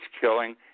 killing